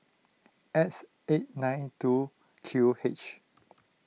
X eight nine two Q H